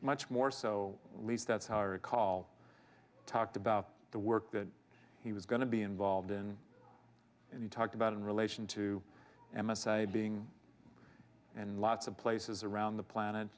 much more so at least that's how i recall talked about the work that he was going to be involved in and he talked about in relation to m s a being in lots of places around the planet